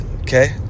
Okay